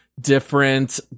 different